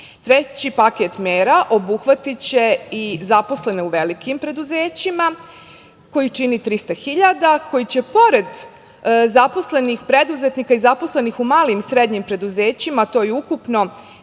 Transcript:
mera. Treći paket mera obuhvatiće i zaposlene u velikim preduzećima koji čini 300.000, koji će pored zaposlenih preduzetnika i zaposlenih u malim i srednjim preduzećima, to je ukupno